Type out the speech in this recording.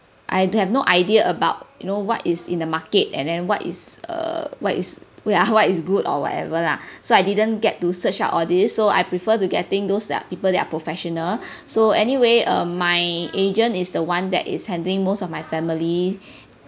I do have no idea about you know what is in the market and then what is uh what is where what is good or whatever lah so I didn't get to search out all this so I prefer to getting those that are people that are professional so anyway um my agent is the one that is handling most of my family